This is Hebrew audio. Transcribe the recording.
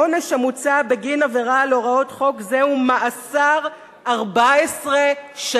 העונש המוצע בגין עבירה על הוראות חוק זה הוא מאסר 14 שנים.